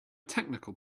technical